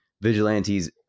vigilantes